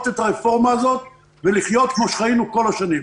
את הרפורמה הזאת ולחיות כפי שחיינו במשך כל השנים.